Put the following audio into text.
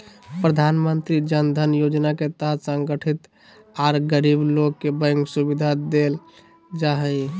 प्रधानमंत्री जन धन योजना के तहत असंगठित आर गरीब लोग के बैंक सुविधा देल जा हई